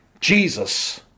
Jesus